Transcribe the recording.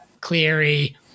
Cleary